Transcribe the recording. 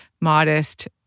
modest